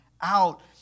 out